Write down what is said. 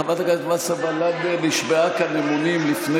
חברת הכנסת וסרמן לנדה נשבעה כאן אמונים,